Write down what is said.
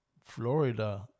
Florida